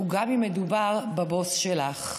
וגם אם מדובר בבוס שלך.